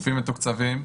גופים מתוקצבים.